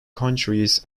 countries